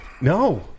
No